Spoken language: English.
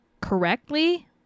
correctly